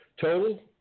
Total